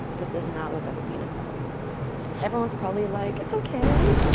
does does not look like a penis at all everyone's probably like it's okay.